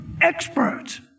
experts